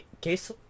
case